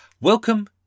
Welcome